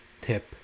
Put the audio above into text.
tip